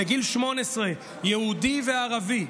יהודי וערבי,